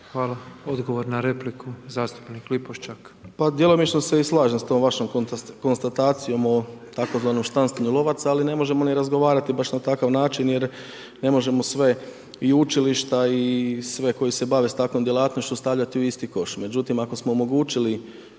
Hvala. Odgovor na repliku zastupnik Lipošćak. **Lipošćak, Tomislav (HDZ)** Djelomično se i slažem s tom vašom konstatacijom o tzv. štancanju lovaca, ali ne možemo niti razgovarati baš na takav način jer ne možemo sve i učilišta i sve koji se bave takvom djelatnošću stavljati u isti koš.